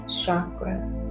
chakra